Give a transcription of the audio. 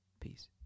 Peace